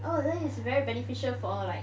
oh then is very beneficial for like